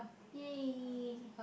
!yay!